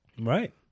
Right